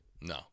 No